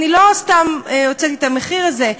אני לא סתם הוצאתי את המחיר הזה,